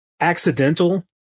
accidental